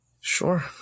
Sure